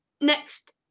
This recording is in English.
next